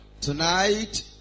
Tonight